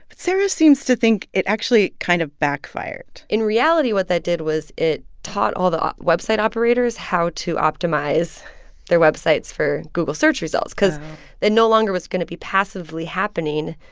but sarah seems to think it actually kind of backfired in reality, what that did was it taught all the website operators how to optimize their websites for google search results. because it no longer was going to be passively happening,